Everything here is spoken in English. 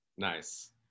nice